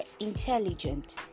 intelligent